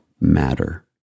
matter